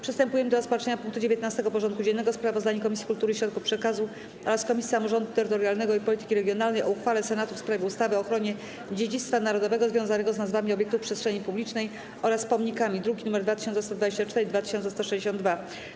Przystępujemy do rozpatrzenia punktu 19. porządku dziennego: Sprawozdanie Komisji Kultury i Środków Przekazu oraz Komisji Samorządu Terytorialnego i Polityki Regionalnej o uchwale Senatu w sprawie ustawy o ochronie dziedzictwa narodowego związanego z nazwami obiektów przestrzeni publicznej oraz pomnikami (druki nr 2124 i 2162)